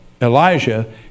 Elijah